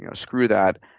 you know screw that,